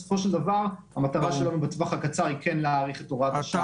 המטרה שלנו בטווח הקצר היא להאריך את הוראת השעה.